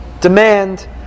demand